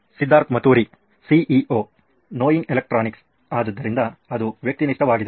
Siddharth Maturi CEO ನೋಯಿನ್ electronics ಆದ್ದರಿಂದ ಅದು ವ್ಯಕ್ತಿನಿಷ್ಠವಾಗಿದೆ